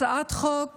הצעת חוק